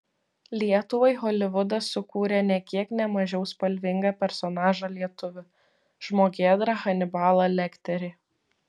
lietuvai holivudas sukūrė nė kiek ne mažiau spalvingą personažą lietuvį žmogėdrą hanibalą lekterį